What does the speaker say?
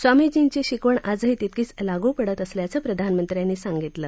स्वामीजींची शिकवण आजही तितकीच लागू पडत असल्याचं प्रधानमंत्र्यांनी सांगितलं